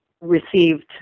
received